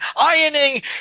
ironing